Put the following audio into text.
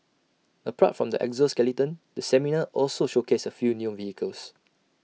apart from the exoskeleton the seminar also showcased A few new vehicles